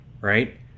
right